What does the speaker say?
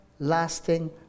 lasting